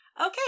Okay